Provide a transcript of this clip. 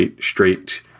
straight